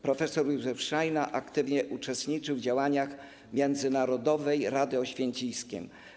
Prof. Józef Szajna aktywnie uczestniczył w działaniach Międzynarodowej Rady Oświęcimskiej.